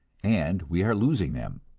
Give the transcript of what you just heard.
and we are losing them,